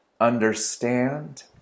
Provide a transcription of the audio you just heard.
understand